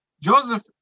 Joseph